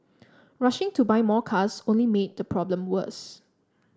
rushing to buy more cars only made the problem worse